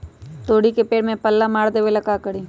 तोड़ी के पेड़ में पल्ला मार देबे ले का करी?